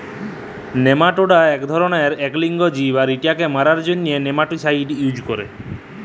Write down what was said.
nematoda ইক ধরলের ইক লিঙ্গ জীব আর ইটকে মারার জ্যনহে নেমাটিসাইড ইউজ ক্যরে